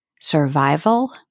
survival